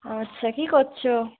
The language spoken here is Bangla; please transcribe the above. আচ্ছা কী করছো